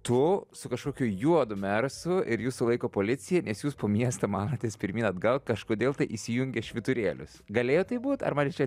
tu su kažkokiu juodu mersu ir jus laiko policij nes jūs po miestą maratės pirmyn atgal kažkodėl tai įsijungę švyturėlius galėjo taip būt ar mane čia